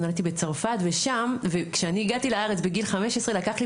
נולדתי בצרפת וכשאני הגעתי לארץ בגיל 15 לקח לי